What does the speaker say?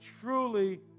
truly